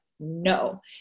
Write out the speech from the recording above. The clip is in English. No